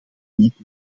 niet